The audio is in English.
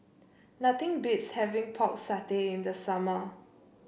nothing beats having Pork Satay in the summer